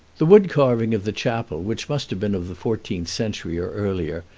the wood-carving of the chapel, which must have been of the fourteenth century or earlier,